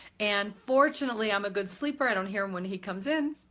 and fortunately i'm a good sleeper, i don't hear him when he comes in,